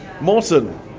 Morton